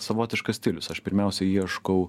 savotiškas stilius aš pirmiausia ieškau